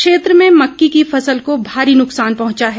क्षेत्र में मक्की की फसल को भारी नुकसान पहुंचा है